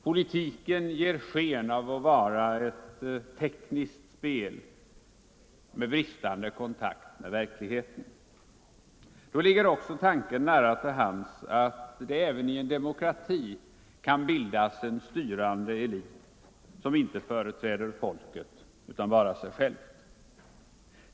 Politiken ger sken av att vara ett tekniskt spel med bristande kontakt med verkligheten. Då ligger också tanken nära till hands att det även i en demokrati kan bildas en styrande elit som inte företräder folket utan bara sig själv.